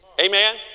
Amen